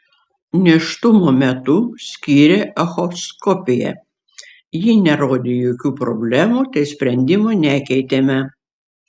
nėštumo metu skyrė echoskopiją ji nerodė jokių problemų tai sprendimo nekeitėme